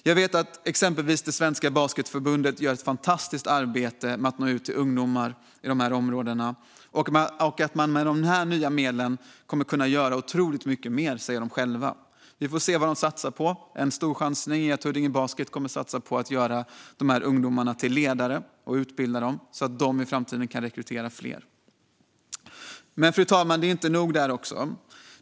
Jag vet att exempelvis Svenska Basketbollförbundet gör ett fantastiskt arbete med att nå ut till ungdomar i dessa områden, och med de nya medlen kommer de att kunna göra otroligt mycket mer, säger de själva. Vi får se vad de satsar på. En stor chansning är att Huddinge Basket kommer att satsa på att göra ungdomarna till ledare och utbilda dem, så att de i framtiden kan rekrytera fler. Fru talman! Det är inte nog där.